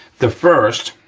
the first,